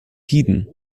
tiden